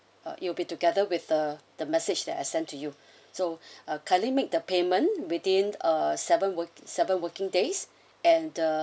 uh it will be together with the the message that I send to you so ah kindly make the payment within uh seven worked seven working days and the